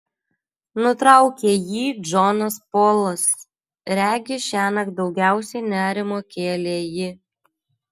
nutraukė jį džonas polas regis šiąnakt daugiausiai nerimo kėlė ji